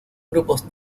grupos